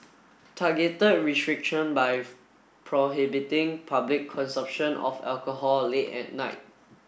targeted restriction by prohibiting public consumption of alcohol late at night